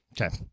Okay